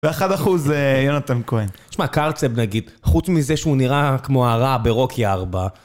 ואחד אחוז זה יונתן כהן. תשמע, קארצב נגיד, חוץ מזה שהוא נראה כמו הרע ברוקי ארבע.